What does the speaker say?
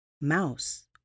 Mouse